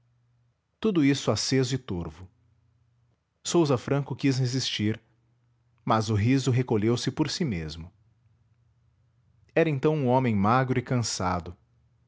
tudo isto aceso e torvo sousa franco quis resistir mas o riso recolheu-se por si mesmo era então um homem magro e cansado